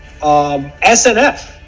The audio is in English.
SNF